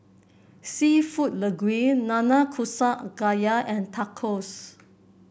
seafood Linguine Nanakusa Gayu and Tacos